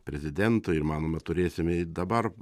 prezidentui ir manoma turėsime jį dabar